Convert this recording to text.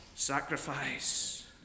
sacrifice